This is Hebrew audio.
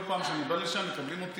כל פעם שאני בא לשם מקבלים אותי,